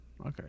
Okay